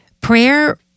Prayer